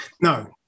No